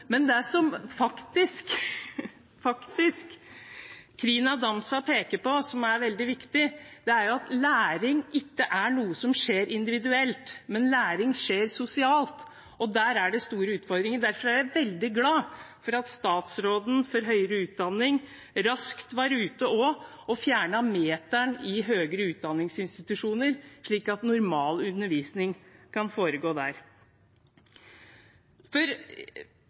som Crina Damsa faktisk peker på som veldig viktig, er at læring ikke er noe som skjer individuelt. Læring skjer sosialt, og der er det store utfordringer. Derfor er jeg veldig glad for at statsråden for høyere utdanning raskt var ute og fjernet meteren i høyere utdanningsinstitusjoner, slik at normal undervisning kan foregå der.